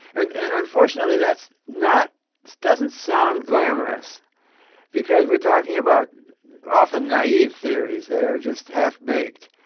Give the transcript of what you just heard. and unfortunately, that's not doesn't sound glamorous because we're talking about often naive theories that are just half-baked.